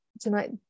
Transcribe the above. tonight